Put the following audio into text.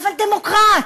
אבל דמוקרט.